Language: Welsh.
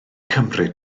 cymryd